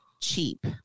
cheap